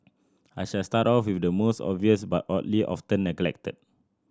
I shall start off with the most obvious but oddly often neglected